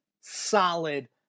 solid